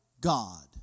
God